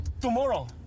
Tomorrow